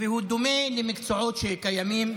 והוא דומה למקצועות שקיימים,